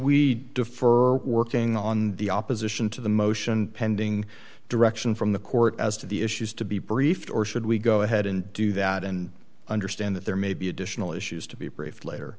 we defer working on the opposition to the motion pending direction from the court as to the issues to be briefed or should we go ahead and do that and understand that there may be additional issues to be briefed later